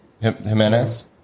Jimenez